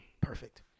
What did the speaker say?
Perfect